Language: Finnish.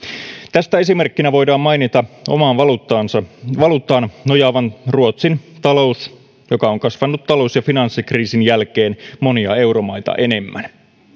tästä esimerkkinä voidaan mainita omaan valuuttaan nojaavan ruotsin talous joka on kasvanut talous ja finanssikriisin jälkeen monia euromaita enemmän